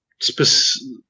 specific